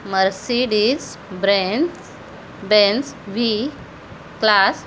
Mercedes ब्रँज Benz V class